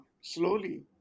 slowly